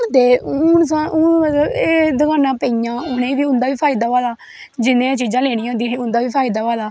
ते हून मतलव हून एह् दकानां पेईयां उंदा बी फायदा होआ दा जिनें चीजां लेनियां होंदियां उंदा बी फायदा होआ दा